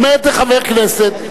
עומד חבר כנסת,